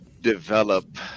develop